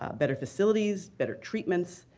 ah better facilities, better treatments,